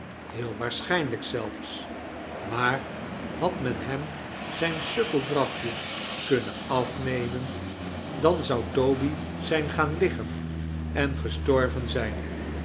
heel waarschijnlijk zelfs maar had men hem zijn snkkeldrafje kunnen afruemen dan zou toby zijn gaan liggen en gestorven zijn